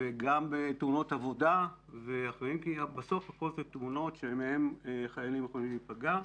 וגם בתאונות עבודה ובסוף הכול דברים מהם חיילים יכולים להיפגע.